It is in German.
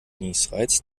niesreiz